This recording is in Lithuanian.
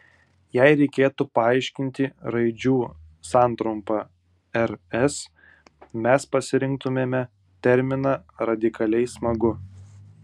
jei reikėtų paaiškinti raidžių santrumpą rs mes pasirinktumėme terminą radikaliai smagu